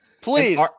Please